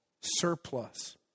surplus